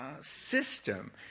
system